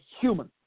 human